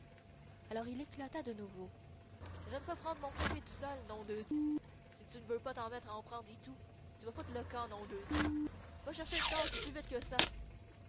alors il éclata de nouveau j'aime pas prend mon café tout seul nom de d si tu n'veux pas t'mett à en prendre itou tu vas foutre le camp nom de d va chercher une tasse et plus vite que ça